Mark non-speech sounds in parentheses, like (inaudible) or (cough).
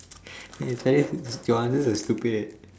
eh sorry (noise) your answer is stupid